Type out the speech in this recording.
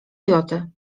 joty